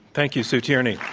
thank you, sue tierney.